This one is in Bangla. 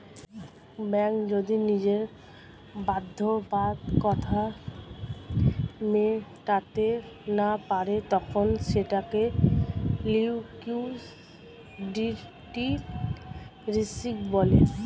ব্যাঙ্ক যদি নিজের বাধ্যবাধকতা মেটাতে না পারে তখন সেটাকে লিক্যুইডিটি রিস্ক বলে